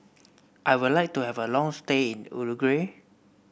I would like to have a long stay in Uruguay